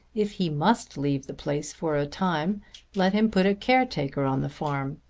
if he must leave the place for a time let him put a caretaker on the farm,